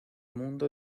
mundo